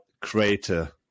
crater